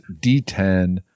D10